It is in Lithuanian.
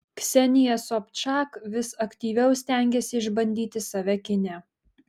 ksenija sobčak vis aktyviau stengiasi išbandyti save kine